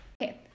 Okay